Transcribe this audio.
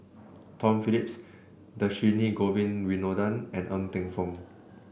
Tom Phillips Dhershini Govin Winodan and Ng Teng Fong